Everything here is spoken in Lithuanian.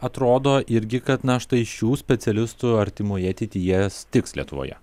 atrodo irgi kad na štai šių specialistų artimoje ateityje stigs lietuvoje